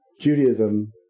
Judaism